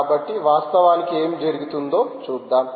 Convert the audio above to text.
కాబట్టి వాస్తవానికి ఏమి జరుగుతుందో చూద్దాం